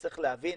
צריך להבין,